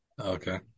Okay